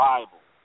Bible